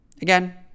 Again